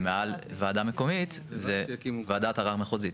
ומעל וועדה מקומית זה וועדת ערר מחוזית.